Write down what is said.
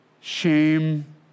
Shame